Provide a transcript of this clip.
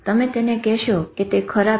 તમે તેને કેશો કે તે ખરાબ છે